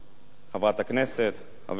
חברת הכנסת, חבר הכנסת,